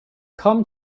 come